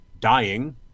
dying